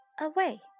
away